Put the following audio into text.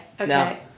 Okay